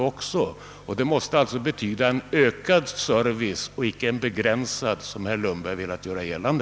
Förändringen måste alltså betyda en ökad service och inte tvärtom, såsom herr Lundberg ville göra gällande.